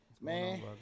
Man